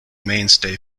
mainstay